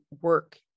work